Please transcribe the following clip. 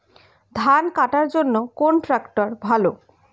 ধান কাটার জন্য কোন ট্রাক্টর ভালো?